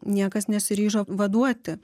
niekas nesiryžo vaduoti